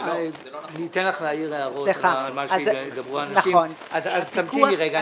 אני אתן לך להעיר הערות על מה שיאמרו אנשים אז תמתיני רגע.